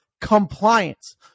compliance